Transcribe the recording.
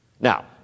Now